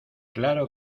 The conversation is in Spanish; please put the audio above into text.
claro